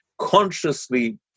consciously